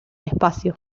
espacio